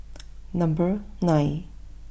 number nine